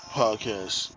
podcast